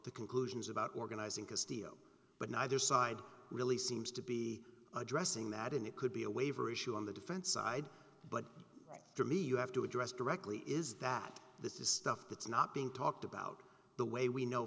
the conclusions about organizing to steal but neither side really seems to be addressing that and it could be a waiver issue on the defense side but to me you have to address directly is that this is stuff that's not being talked about the way we know